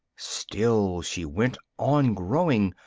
still she went on growing,